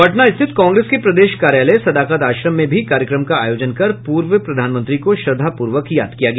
पटना स्थित कांग्रेस के प्रदेश कार्यालय सदाकत आश्रम में भी कार्यक्रम का आयोजन कर पूर्व प्रधानमंत्री को श्रद्धापूर्वक याद किया गया